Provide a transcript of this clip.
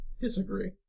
disagree